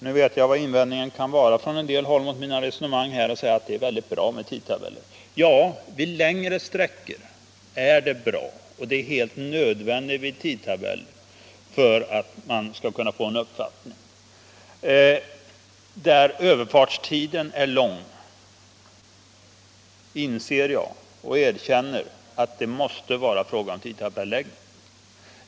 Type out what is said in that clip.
Nu vet jag vad inväntningen mot mitt resonemang kan vara på en del håll — man säger att det är väldigt bra med tidtabeller. Ja, vid längre sträckor är det bra, och det är där helt nödvändigt med tidtabell för att man skall kunna få en uppfattning om hur färjorna går. Där överfartstiden är lång inser och erkänner jag att det måste vara fråga om en tidtabelläggning.